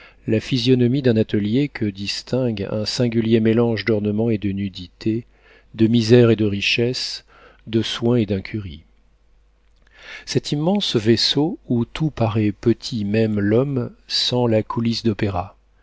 la physionomie d'un atelier que distingue un singulier mélange d'ornement et de nudité de misère et de richesse de soin et d'incurie cet immense vaisseau où tout paraît petit même l'homme sent la coulisse d'opéra